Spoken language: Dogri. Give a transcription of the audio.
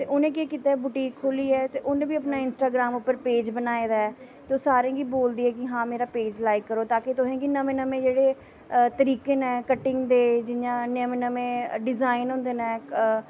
ते उ'नैं केह् कीता उ'नैं बी बूटीक खोह्लियै इस्टाग्राम पर पेज़ बनाए दा ऐ ते सारें गी बोलदी ऐ हां मेरा पेज़ लाईक करो तुसेंगी नमें नमें जेह्ड़े तरीके न कटिंग दे जि'यां नमें नमें डिज़ाईन होंदे न